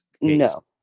No